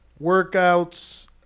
workouts